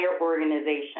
organization